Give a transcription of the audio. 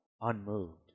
unmoved